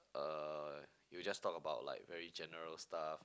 uh you will just talk like about very general stuff